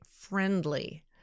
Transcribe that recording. friendly